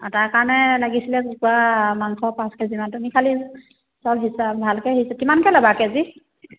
তাৰ কাৰণে লাগিছিলে কুকুৰা মাংস পাঁচ কেজিমান তুমি খালি সব হিচাপ ভালকৈ কিমানকৈ ল'বা কেজি